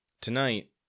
Tonight